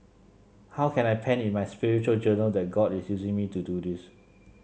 how can I pen in my spiritual journal that God is using me to do this